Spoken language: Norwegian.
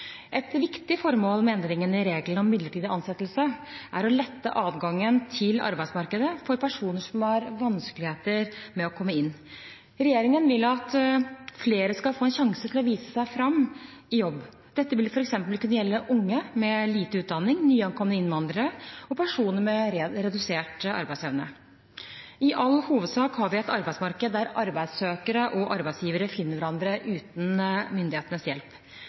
Et viktig formål med endringen i reglene om midlertidig ansettelse er å lette adgangen til arbeidsmarkedet for personer som har vanskeligheter med å komme inn. Regjeringen vil at flere skal få en sjanse til å vise seg fram i jobb. Dette vil f. eks. kunne gjelde unge med lite utdanning, nyankomne innvandrere og personer med redusert arbeidsevne. I all hovedsak har vi et arbeidsmarked der arbeidssøkere og arbeidsgivere finner hverandre uten myndighetenes hjelp.